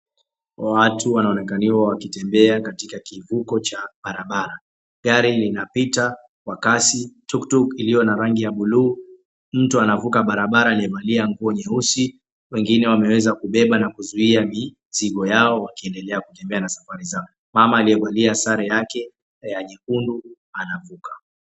Watu wanaonekaniwa wakitembea katika kivuko cha barabara. Gari linapita kwa kasi, tuktuk iliyo rangi ya bluu, mtu anavuka barabara aliyevalia nguo nyeusi, wengine wameweza kubeba na kuzuia mizigo yao wakiendelea kutembea na safari zao. Mama aliyevalia sare yake ya nyekundu anavuka.